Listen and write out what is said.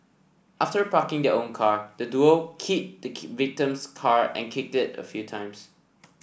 after parking their own car the duo keyed the victim's car and kicked it a few times